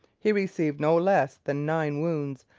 he received no less than nine wounds,